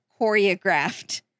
choreographed